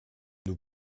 nous